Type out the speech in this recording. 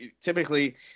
typically